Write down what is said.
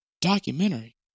documentary